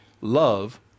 love